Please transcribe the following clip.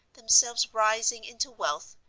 themselves rising into wealth,